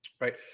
right